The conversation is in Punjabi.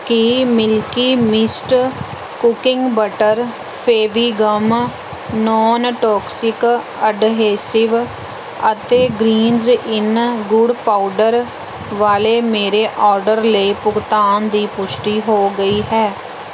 ਕੀ Milky Mist cooking butter Fevigum non toxic adhesive ਅਤੇ ਗਰੀਨਜ਼ ਇਨ ਗੁੜ ਪਾਊਡਰ ਵਾਲੇ ਮੇਰੇ ਆਰਡਰ ਲਈ ਭੁਗਤਾਨ ਦੀ ਪੁਸ਼ਟੀ ਹੋ ਗਈ ਹੈ